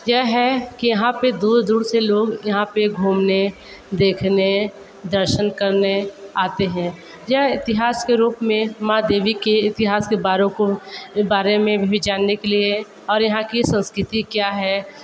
यह है कि यहाँ पे दूर दूर से लोग यहाँ पे घूमने देखने दर्शन करने आते हैं यह इतिहास के रूप में माँ देवी के इतिहास के बारों को बारे में भी जानने के लिए और यहाँ की संस्कृति क्या है